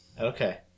Okay